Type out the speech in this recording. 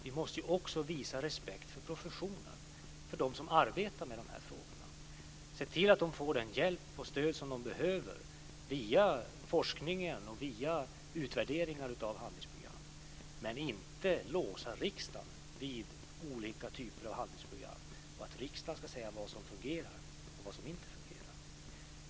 Vi måste också visa respekt för professionen, för dem som arbetar med frågorna. De ska få den hjälp och det stöd de behöver via forskning och via utvärderingar av handlingsprogram, men de ska inte låsas fast av riksdagen vid olika typer av handlingsprogram och att riksdagen ska säga vad som fungerar och inte fungerar.